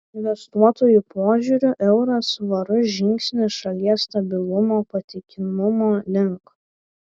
investuotojų požiūriu euras svarus žingsnis šalies stabilumo patikimumo link